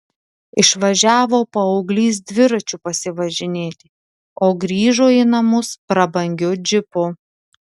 išvažiavo paauglys dviračiu pasivažinėti o grįžo į namus prabangiu džipu